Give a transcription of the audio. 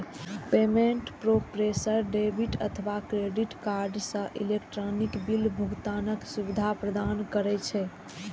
payment processor debit अथवा credit card सं electronic bill भुगतानक सुविधा प्रदान करै छै